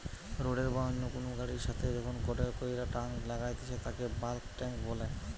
রোডের বা অন্য কুনু গাড়ির সাথে যখন গটে কইরা টাং লাগাইতেছে তাকে বাল্ক টেংক বলে